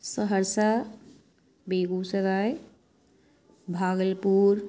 Saharsa Begusarai بھاگل پور